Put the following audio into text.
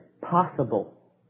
possible